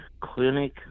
Clinic